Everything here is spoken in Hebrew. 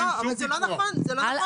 לא, אבל זה לא נכון, זה לא נכון.